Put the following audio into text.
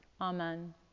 Amen